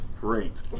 Great